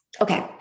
Okay